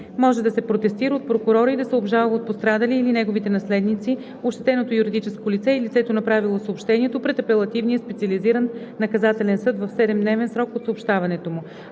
може да се протестира от прокурора и да се обжалва от пострадалия или неговите наследници, ощетеното юридическо лице и лицето, направило съобщението, пред Апелативния специализиран наказателен съд в седемдневен срок от съобщаването му.